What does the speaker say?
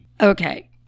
Okay